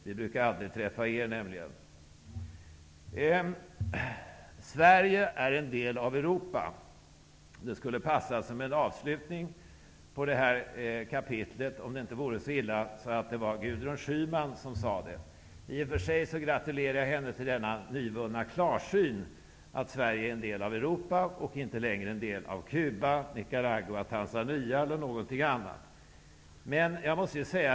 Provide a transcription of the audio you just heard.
Vi brukar nämligen alltid träffa er. Sverige är en del av Europa. Om det inte vore så illa så att det var Gudrun Schyman som sade det, skulle det passa som en avslutning på detta kapitel. I och för sig gratulerar jag henne till den nyvunna klarsynen att Sverige är en del av Europa och inte längre är en del av Cuba, Nicaragua, Tanzania eller någonting annat.